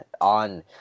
on